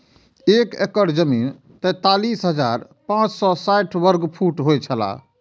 एक एकड़ जमीन तैंतालीस हजार पांच सौ साठ वर्ग फुट होय छला